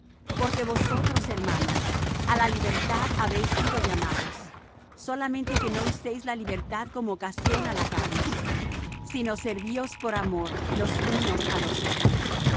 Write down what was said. porque vosotros hermanos á libertad habéis sido llamados solamente que no uséis la libertad como ocasión á la carne sino servíos por amor los unos á los otros